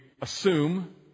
assume